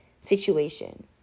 situation